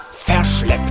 verschleppt